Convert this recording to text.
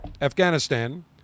Afghanistan